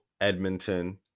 Edmonton